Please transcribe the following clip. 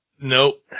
Nope